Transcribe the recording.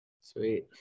Sweet